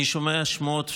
אני שומע שמועות,